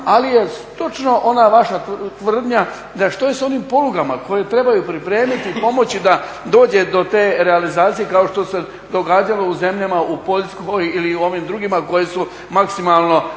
ali je točno ona vaša tvrdnja da što je s onim polugama koje trebaju pripremiti i pomoći da dođe do te realizacije kao što se događalo u zemljama u Poljskoj ili u ovim drugima koje su maksimalno